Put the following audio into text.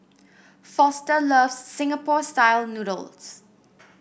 foster loves Singapore style noodles